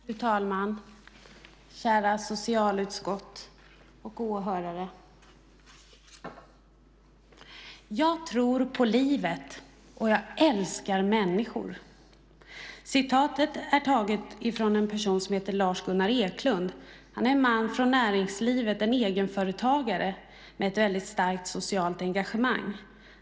Fru talman! Kära socialutskott och åhörare! Jag tror på livet, och jag älskar människor. Citatet är hämtat från en person som heter Lars-Gunnar Eklund. Det är en man från näringslivet. Han är egenföretagare med ett starkt socialt engagemang.